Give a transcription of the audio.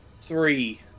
Three